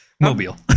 Mobile